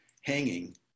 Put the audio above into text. hanging